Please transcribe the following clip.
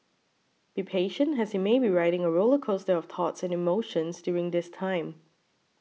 be patient as he may be riding a roller coaster of thoughts and emotions during this time